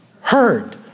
heard